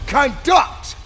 conduct